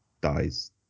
dies